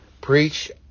preach